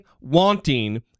wanting